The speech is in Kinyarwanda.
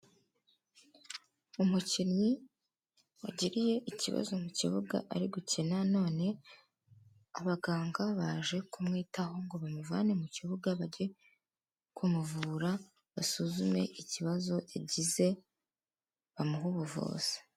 Umukinnyi wagiriye ikibazo mu kibuga ari gukina none abaganga baje kumwitaho ngo bamuvane mu kibuga bajye kumuvura, basuzume ikibazo yagize bamuhe ubuvuzi.